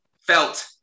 felt